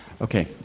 Okay